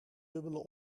dubbele